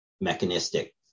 mechanistic